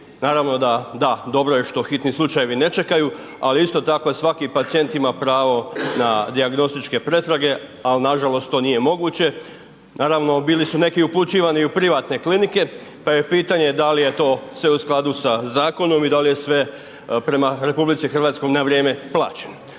naravno da da dobro je što hitni slučajevi ne čekaju, ali isto tako svaki pacijent ima pravo na dijagnostičke pretrage, al nažalost to nije moguće, naravno bili su neki upućivani i u privatne klinike, pa je pitanje da li je to sve u skladu sa zakonom i da li je sve prema RH na vrijeme plaćeno.